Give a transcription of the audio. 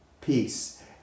peace